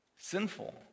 sinful